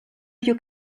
you